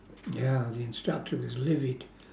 ya the instructor was livid